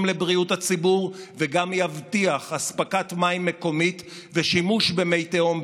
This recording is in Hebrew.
לבריאות הציבור וגם יבטיח אספקת מים מקומית ושימוש במי תהום,